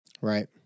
right